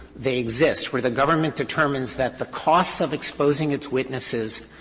they exist, where the government determines that the cost of exposing its witnesses,